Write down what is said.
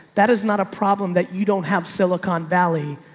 that is not a problem that you don't have silicon valley.